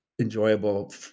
enjoyable